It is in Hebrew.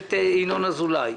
הכנסת ינון אזולאי.